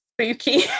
spooky